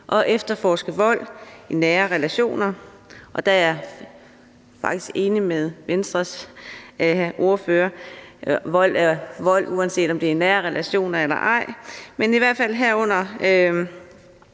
og efterforske vold i nære relationer – der er jeg faktisk enig med Venstres ordfører i, at vold er vold, uanset om det er i nære relationer eller ej – men i hvert fald at lave